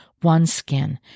OneSkin